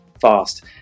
fast